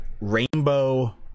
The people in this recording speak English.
rainbow